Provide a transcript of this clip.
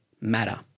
matter